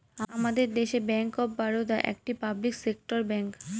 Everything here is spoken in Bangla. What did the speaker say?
আমাদের দেশে ব্যাঙ্ক অফ বারোদা একটি পাবলিক সেক্টর ব্যাঙ্ক